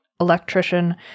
electrician